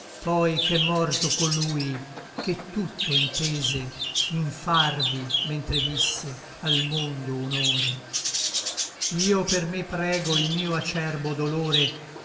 poi ch'è morto collui che tutto intese in farvi mentre visse al mondo honore io per me prego il mio acerbo dolore